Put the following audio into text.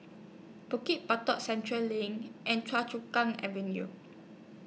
Bukit Batok Central LINK and Choa Chu Kang Avenue